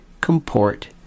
comport